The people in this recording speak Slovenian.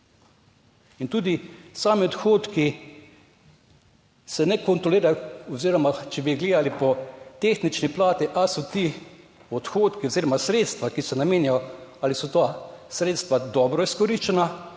In tudi sami odhodki se ne kontrolirajo oziroma, če bi gledali po tehnični plati ali so ti odhodki oziroma sredstva, ki se namenjajo, ali so ta sredstva dobro izkoriščena